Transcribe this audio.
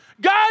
God